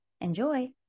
Enjoy